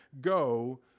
go